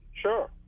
Sure